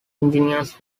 engineers